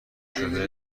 شده